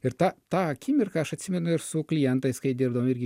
ir tą tą akimirką aš atsimenu ir su klientais kai dirbdavom irgi